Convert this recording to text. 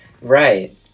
Right